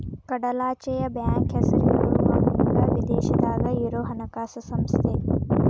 ಕಡಲಾಚೆಯ ಬ್ಯಾಂಕ್ ಹೆಸರ ಹೇಳುವಂಗ ವಿದೇಶದಾಗ ಇರೊ ಹಣಕಾಸ ಸಂಸ್ಥೆ